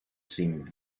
seemed